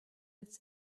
its